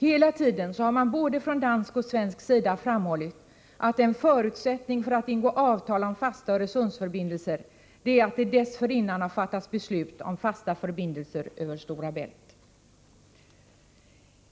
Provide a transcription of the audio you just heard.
Hela tiden har man både från dansk och svensk sida framhållit att en förutsättning för att ingå avtal om fasta Öresundsförbindelser är att det dessförinnan har fattats beslut om fasta förbindelser över Stora Bält.